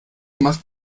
macht